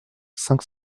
cinq